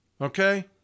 okay